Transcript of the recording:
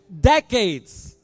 Decades